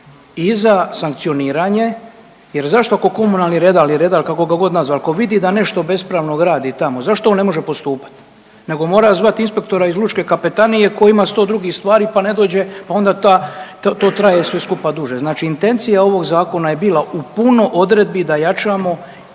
i za sankcioniranje jer zašto kao komunalni redar ili redar, kako ga god nazvali, ako vidi da nešto bespravno gradi tamo, zašto on ne može postupati nego mora zvati inspektora iz lučke kapetanije koji ima 100 drugih stvari pa ne dođe pa onda to traje sve skupa duže. Znači intencija ovog zakona je bila u puno odredbi da jačamo i